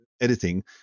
editing